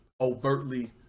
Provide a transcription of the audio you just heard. overtly